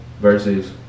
versus